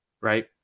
Right